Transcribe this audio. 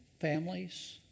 families